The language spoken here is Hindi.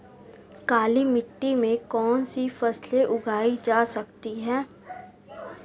काली मिट्टी में कौनसी फसलें उगाई जा सकती हैं?